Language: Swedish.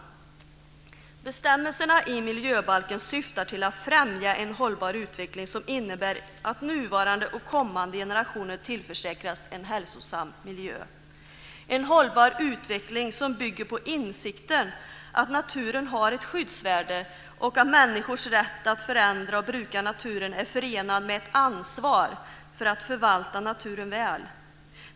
Bestämmelserna i miljöbalken syftar till att främja en hållbar utveckling som innebär att nuvarande och kommande generationer tillförsäkras en hälsosam miljö. En hållbar utveckling som bygger på insikten att naturen har ett skyddsvärde och att människors rätt att förändra och bruka naturen är förenad med ett ansvar för att förvalta naturen väl.